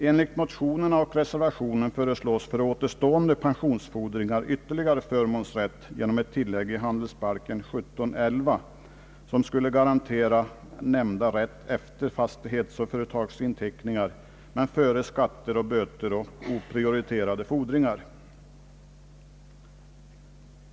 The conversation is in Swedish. Enligt motionerna och reservationen föreslås för återstående pensionsfordringar ytterligare förmånsrätt genom ett tillägg i handelsbalken 17: 11, som skulle garantera nämnda rätt efter företagsoch fastighetsinteckningar men före skatter och böter och oprioriterade fordringar.